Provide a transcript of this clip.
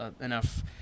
enough